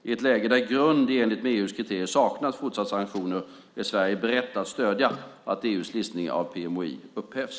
I ett läge där grund i enlighet med EU:s kriterier saknas för fortsatta sanktioner är Sverige berett att stödja att EU:s listning av PMOI upphävs.